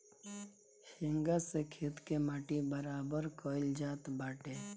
हेंगा से खेत के माटी बराबर कईल जात बाटे